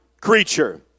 creature